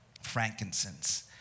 frankincense